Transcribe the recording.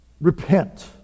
repent